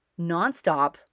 nonstop